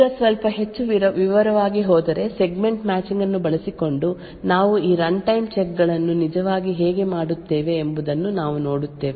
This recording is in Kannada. ಈಗ ಸ್ವಲ್ಪ ಹೆಚ್ಚು ವಿವರವಾಗಿ ಹೋದರೆ ಸೆಗ್ಮೆಂಟ್ ಮ್ಯಾಚಿಂಗ್ ಅನ್ನು ಬಳಸಿಕೊಂಡು ನಾವು ಈ ರನ್ಟೈಮ್ ಚೆಕ್ ಗಳನ್ನು ನಿಜವಾಗಿ ಹೇಗೆ ಮಾಡುತ್ತೇವೆ ಎಂಬುದನ್ನು ನಾವು ನೋಡುತ್ತೇವೆ